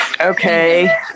Okay